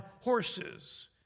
horses